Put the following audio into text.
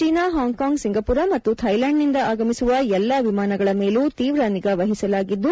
China Hong Kong Singapore ಮತ್ತು ಥೈಲ್ಯಾಂಡ್ನಿಂದ ಆಗಮಿಸುವ ಎಲ್ಲಾ ವಿಮಾನಗಳ ಮೇಲೂ ತೀವ್ರ ನಿಗಾವಹಿಸಲಾಗಿದ್ದು